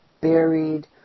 buried